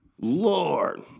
Lord